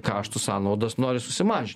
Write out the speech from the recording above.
kaštus sąnaudas nori susimažint